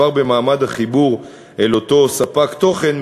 כבר במעמד החיבור אל אותו ספק תוכן,